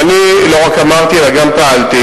ואני לא רק אמרתי, אלא גם פעלתי,